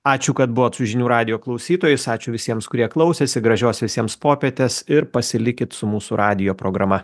ačiū kad buvot su žinių radijo klausytojais ačiū visiems kurie klausėsi gražios visiems popietės ir pasilikit su mūsų radijo programa